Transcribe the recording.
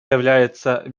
является